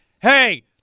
hey